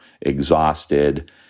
exhausted